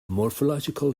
morphological